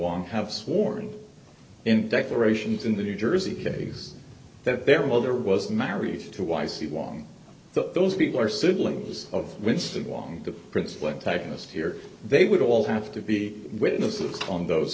wong have sworn in declarations in the new jersey case that their mother was married to wife she won but those people are siblings of winston wong the principal antagonist here they would all have to be witnesses on those